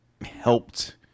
helped